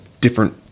different